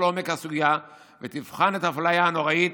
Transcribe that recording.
לעומק הסוגיה ותבחן את האפליה הנוראית,